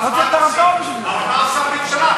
נורא נוח לנו לרוץ עכשיו אל הממשלה,